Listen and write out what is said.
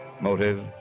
Motive